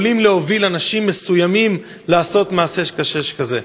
יכולה להוביל אנשים מסוימים לעשות מעשה קשה שכזה.